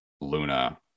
Luna